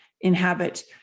inhabit